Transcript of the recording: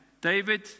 David